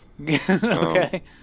Okay